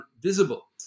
visible